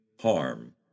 harm